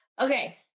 Okay